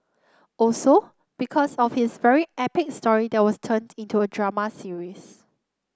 also because of his very epic story that was turned into a drama series